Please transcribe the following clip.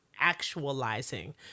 actualizing